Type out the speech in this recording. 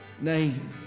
name